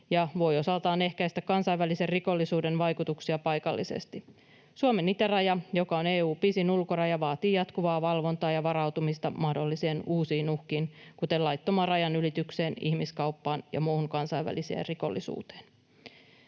ja voi osaltaan ehkäistä kansainvälisen rikollisuuden vaikutuksia paikallisesti. Suomen itäraja, joka on EU:n pisin ulkoraja, vaatii jatkuvaa valvontaa ja varautumista mahdollisiin uusiin uhkiin, kuten laittomaan rajanylitykseen, ihmiskauppaan ja muuhun kansainväliseen rikollisuuteen.